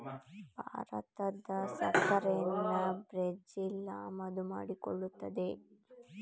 ಭಾರತದ ಸಕ್ಕರೆನಾ ಬ್ರೆಜಿಲ್ ಆಮದು ಮಾಡಿಕೊಳ್ಳುತ್ತದೆ